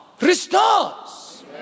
restores